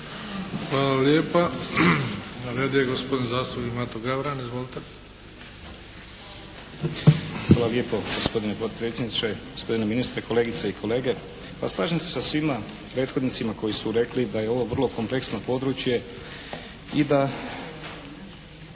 Hvala lijepa. Na redu je gospodin zastupnik Mato Gavran. Izvolite. **Gavran, Mato (SDP)** Hvala lijepo gospodine potpredsjedniče. Gospodine ministre, kolegice i kolege. Pa slažem se sa svima prethodnicima koji su rekli da je ovo vrlo kompleksno područje i da